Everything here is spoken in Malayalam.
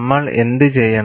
നമ്മൾ എന്തു ചെയ്യണം